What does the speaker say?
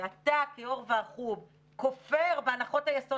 ואתה היושב-ראש ועדת החוץ והביטחון כופר בהנחות היסוד